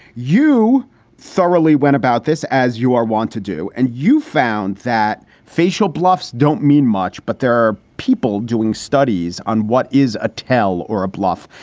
you thoroughly went about this as you are want to do, and you found that facial bluff's don't mean much but there are people doing studies on what is a tell or a bluff.